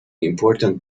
important